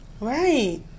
Right